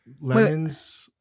Lemons